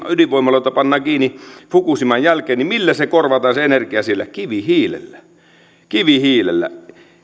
ydinvoimaloita pannaan kiinni fukushiman jälkeen niin millä se energia korvataan siellä kivihiilellä